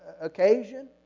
occasion